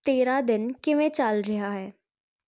ਤੇਰਾ ਦਿਨ ਕਿਵੇਂ ਚਲ ਰਿਹਾ ਹੈ